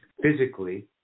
physically